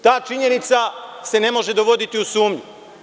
Ta činjenica se ne može dovoditi u sumnju.